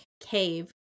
cave